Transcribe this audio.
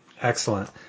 excellent